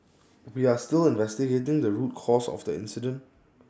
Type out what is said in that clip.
we are still investigating the root cause of the incident